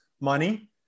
money